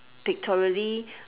pictorially